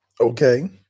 okay